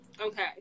okay